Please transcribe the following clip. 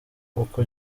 uko